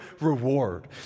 reward